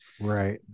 Right